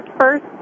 first